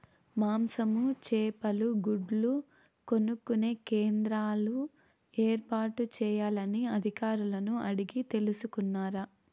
మాంసము, చేపలు, గుడ్లు కొనుక్కొనే కేంద్రాలు ఏర్పాటు చేయాలని అధికారులను అడిగి తెలుసుకున్నారా?